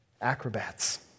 acrobats